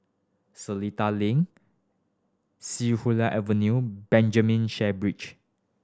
Seletar Link See Hula Avenue and Benjamin Sheare Bridge